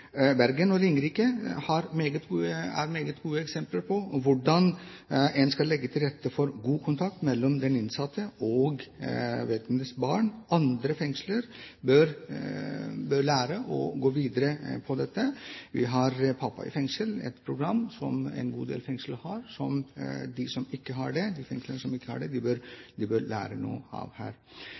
er meget gode eksempler på hvordan en skal legge til rette for god kontakt mellom den innsatte og vedkommendes barn. Andre fengsler bør lære av og gå videre med dette. Vi har Pappa i fengsel, et program som en god del fengsel bruker, og som de som ikke bruker det, bør lære noe av. Jeg er enig i at det bør